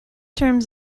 terms